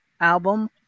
album